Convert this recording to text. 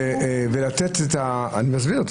אני מסביר,